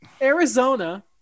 Arizona